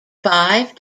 five